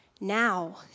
now